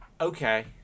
okay